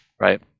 right